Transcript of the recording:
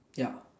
ya